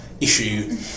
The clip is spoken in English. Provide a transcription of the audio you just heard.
issue